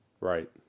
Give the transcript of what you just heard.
Right